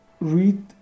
read